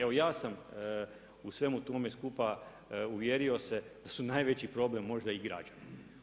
Evo ja sam u svemu tome skupa uvjerio se, da su najveći problem možda i građani.